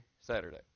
Saturday